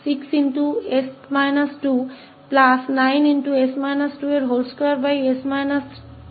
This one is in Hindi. तो इसका मतलब है कि हमें यह 26923 मिलता है